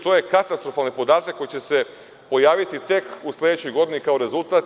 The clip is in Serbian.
To je katastrofalni podatak koji će se pojaviti tek u sledećoj godini kao rezultat.